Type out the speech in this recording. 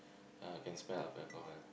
uh can smell of alcohol